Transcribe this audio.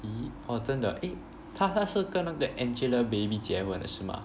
orh 真的 eh 他他是跟那个 Angelababy 结婚的是吗